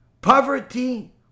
Poverty